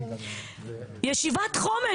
ישיבת חומש.